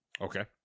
Okay